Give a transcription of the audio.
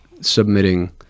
submitting